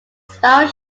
spiral